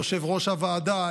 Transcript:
יושב-ראש הוועדה,